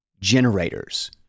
Generators